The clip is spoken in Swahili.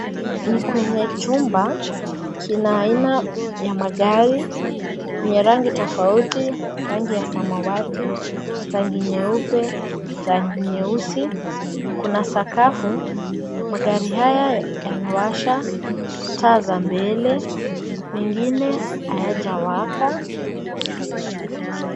Ni kwenye chumba, kina aina ya magari yenye rangi tofauti, rangi ya samawati, rangi nyeupe, rangi nyeusi. Kuna sakafu. Magari haya yamewasha taa za mbele mengine hayajawaka.